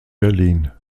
berlin